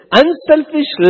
unselfish